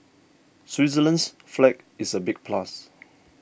Switzerland's flag is a big plus